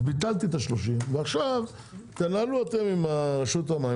ועכשיו תנהלו אתם עם רשות המים,